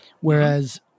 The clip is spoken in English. Whereas